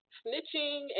snitching